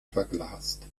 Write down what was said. verglast